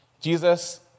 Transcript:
Jesus